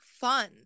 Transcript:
fun